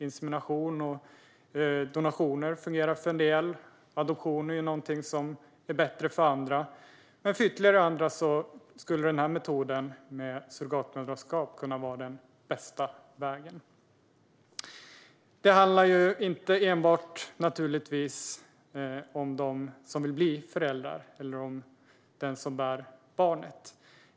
Insemination och donation fungerar för en del, adoption är bättre för andra. Men för ytterligare andra skulle metoden med surrogatmoderskap kunna vara den bästa vägen. Det handlar naturligtvis inte enbart om dem som vill bli föräldrar eller om den som bär barnet.